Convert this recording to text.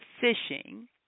fishing